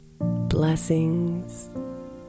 Blessings